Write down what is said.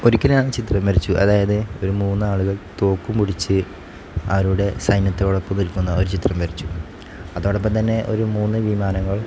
ഒരിക്കൽ ഞാൻ ഒരു ചിത്രം വരച്ചു അതായത് ഒരു മൂന്നാളുകൾ തോക്കും പിടിച്ച് അവരുടെ സൈന്യത്തോടൊപ്പം നിൽക്കുന്ന ഒരു ചിത്രം വരച്ചു അതോടൊപ്പം തന്നെ ഒരു മൂന്ന് വിമാനങ്ങൾ